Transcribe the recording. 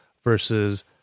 versus